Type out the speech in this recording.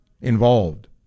involved